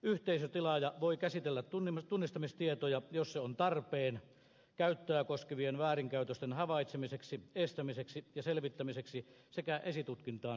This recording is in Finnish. yhteisötilaaja voi käsitellä tunnistamistietoja jos se on tarpeen käyttöä koskevien väärinkäytösten havaitsemiseksi estämiseksi ja selvittämiseksi sekä esitutkintaan saattamiseksi